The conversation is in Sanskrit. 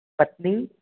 पत्नी